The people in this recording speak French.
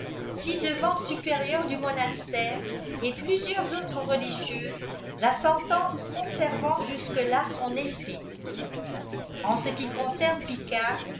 cievant supérieure du monastère el plusieurs autres religieuses la sentence conservant jusque lk son effet n ce qui concerne